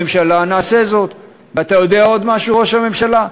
אני רוצה להזכיר לראש הממשלה שהוא ראש הממשלה,